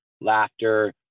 laughter